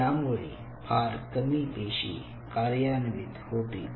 यामुळे फार कमी पेशीं कार्यान्वित होतील